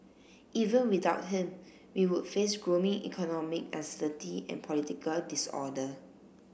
even without him we would face growing economic uncertainty and political disorder